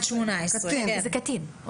זה קטין.